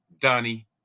Donnie